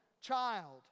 child